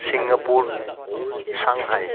Singapore Shanghai